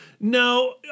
No